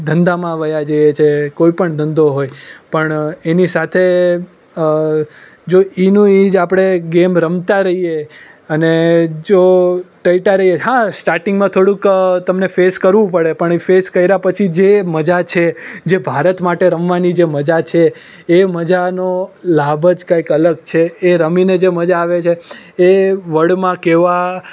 ધંધામા વહ્યા જઈએ છે કોઈ પણ ધંધો હોય પણ એની સાથે જો એનું એ જ આપણે ગેમ રમતાં રહીએ અને જો ટક્યા રહીએ હા સ્ટાર્ટિંગમાં થોડુંક તમને ફેસ કરવું પડે પણ એ ફેસ કર્યા પછી જે મજા છે જે ભારત માટે રમવાની જે મજા છે એ મજાનો લાભ જ કંઈક અલગ છે એ રમીને જે મજા આવે છે એ વર્ડમાં કહેવા